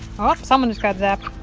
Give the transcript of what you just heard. ah someone just got zapped.